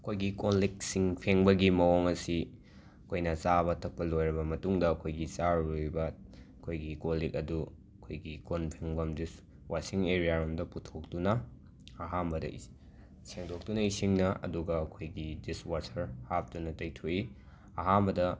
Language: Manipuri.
ꯑꯩꯈꯣꯏꯒꯤ ꯀꯣꯜ ꯂꯤꯛꯁꯤꯡ ꯐꯦꯡꯕꯒꯤ ꯃꯑꯣꯡ ꯑꯁꯤ ꯑꯩꯈꯣꯏꯅ ꯆꯥꯕ ꯊꯛꯄ ꯂꯣꯏꯔꯕ ꯃꯇꯨꯡꯗ ꯑꯩꯈꯣꯏꯒꯤ ꯆꯥꯔꯨꯔꯤꯕ ꯑꯩꯈꯣꯏꯒꯤ ꯀꯣꯜ ꯂꯤꯛ ꯑꯗꯨ ꯑꯩꯈꯣꯏꯒꯤ ꯀꯣꯟ ꯐꯪꯐꯝ ꯗꯨꯁ ꯋꯥꯁꯤꯡ ꯑꯦꯔꯤꯌꯥꯔꯣꯝꯗ ꯄꯨꯊꯣꯛꯇꯨꯅ ꯑꯍꯥꯟꯕꯗ ꯏꯁ ꯁꯦꯡꯗꯣꯛꯇꯨꯅ ꯏꯁꯤꯡꯅ ꯑꯗꯨꯒ ꯑꯩꯈꯣꯏꯒꯤ ꯗꯤꯁꯋꯥꯁꯔ ꯍꯥꯞꯇꯨꯅ ꯇꯩꯊꯣꯛꯏ ꯑꯍꯥꯟꯕꯗ